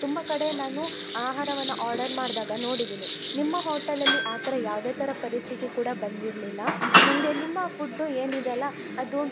ತುಂಬ ಕಡೆ ನಾನು ಆಹಾರವನ್ನ ಆರ್ಡರ್ ಮಾಡಿದಾಗ ನೋಡಿದ್ದೀನಿ ನಿಮ್ಮ ಹೋಟೆಲಲ್ಲಿ ಆ ಥರ ಯಾವುದೇ ಥರ ಪರಿಸ್ಥಿತಿ ಕೂಡ ಬಂದಿರಲಿಲ್ಲ ನನಗೆ ನಿಮ್ಮ ಫುಡ್ ಏನಿದೆಯಲ್ಲ ಅದು